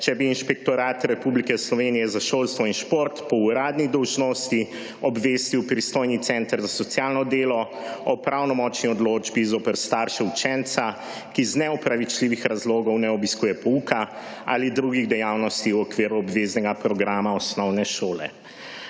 če bi Inšpektorat Republike Slovenije za šolstvo in šport po uradni dolžnosti obvestil pristojni center za socialno delo o pravnomočni odločbi zoper starše učenca, ki iz neopravičljivih razlogov ne obiskuje pouka ali drugih dejavnosti v okviru obveznega programa osnovne šole.